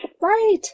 Right